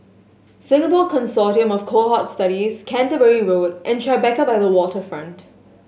Singapore Consortium of Cohort Studies Canterbury Road and Tribeca by the Waterfront